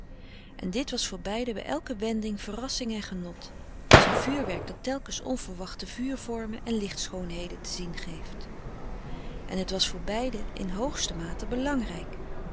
en dit was voor beiden bij elke wending verrassing en genot als een vuurwerk dat telkens onverwachte vuur vormen en licht schoonheden te zien geeft en frederik van eeden van de koele meren des doods het was voor beiden in hoogste mate belangrijk